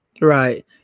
Right